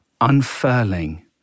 unfurling